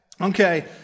okay